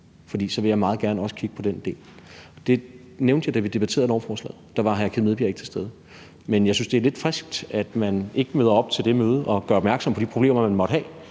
for så vil jeg meget gerne også kigge på den del? Det nævnte jeg, da vi debatterede lovforslaget, og der var hr. Kim Edberg Andersen ikke til stede. Men jeg synes, det er lidt frisk, at man ikke møder op til det møde og gør opmærksom på de problemer, man måtte have,